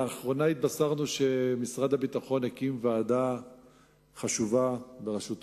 לאחרונה התבשרנו שמשרד הביטחון הקים ועדה חשובה בראשות